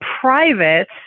private